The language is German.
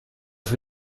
für